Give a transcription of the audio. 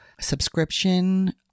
subscription